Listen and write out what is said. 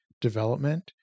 development